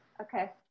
Okay